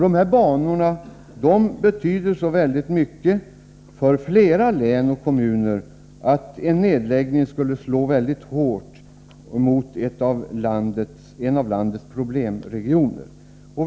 Dessa banor betyder så mycket för flera län och kommuner att en nedläggning skulle slå mycket hårt mot en av landets problemregioner.